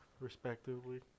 respectively